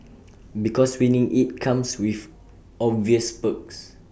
because winning IT comes with obvious perks